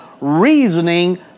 reasoning